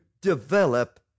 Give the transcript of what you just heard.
develop